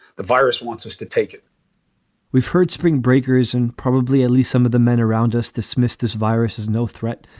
the virus wants us to take it we've heard spring breakers and probably at least some of the men around us dismissed. this virus is no threat.